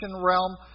realm